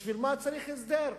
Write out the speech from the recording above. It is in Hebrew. בשביל מה צריך הסדר?